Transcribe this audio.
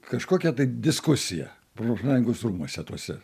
kažkokia tai diskusija profsąjungos rūmuose tuose